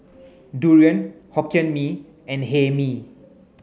durian Hokkien Mee and Hae Mee